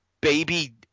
baby